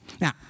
Now